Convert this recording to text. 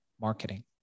marketing